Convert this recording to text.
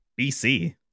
BC